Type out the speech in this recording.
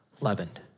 leavened